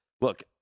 look